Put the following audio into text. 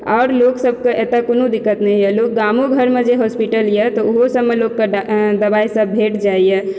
आओर लोक सबके एतए कोनो दिक्कत नहि होइया लोक गामो घरमे जे हॉस्पिटल यऽ तऽ ओहो सबमे लोकके दवाइ सब भेट जाइया